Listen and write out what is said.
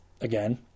again